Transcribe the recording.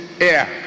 air